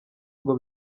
ngo